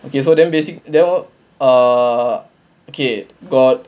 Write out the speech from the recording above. okay so then basic then err then okay got